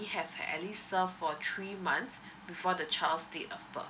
have at least served for three months before the child date of birth